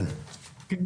עכשיו,